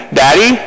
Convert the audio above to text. daddy